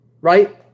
Right